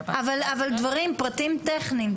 אבל דברים, פרטים טכניים.